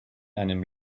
einem